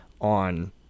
on